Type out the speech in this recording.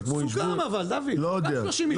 סוכם אבל, דוד, 30 מיליון.